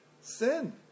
Sin